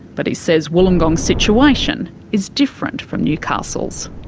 but he says wollongong's situation is different from newcastle's.